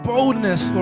Boldness